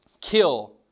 kill